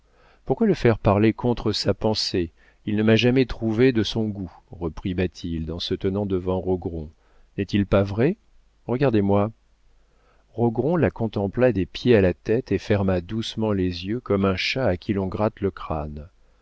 pourquoi le faire parler contre sa pensée il ne m'a jamais trouvée de son goût reprit bathilde en se tenant devant rogron n'est-il pas vrai regardez-moi rogron la contempla des pieds à la tête et ferma doucement les yeux comme un chat à qui l'on gratte le crâne